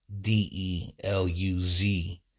D-E-L-U-Z